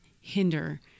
hinder